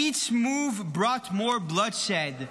each move brought more bloodshed.